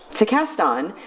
to cast on,